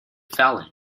felon